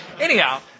anyhow